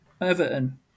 Everton